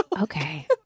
Okay